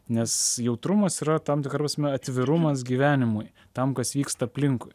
nes jautrumas yra tam tikra prasme atvirumas gyvenimui tam kas vyksta aplinkui